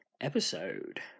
episode